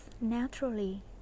naturally